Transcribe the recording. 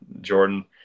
Jordan